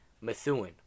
Methuen